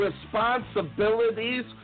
responsibilities